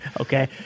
Okay